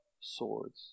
swords